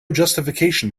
justification